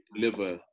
deliver